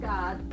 God